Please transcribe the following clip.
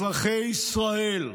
אזרחי ישראל,